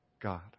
God